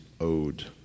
owed